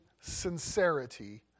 sincerity